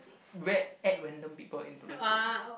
read add random people into the group